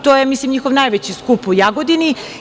To je mislim njihov najveći skup u Jagodini.